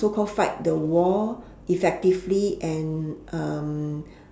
so called fight the war effectively and um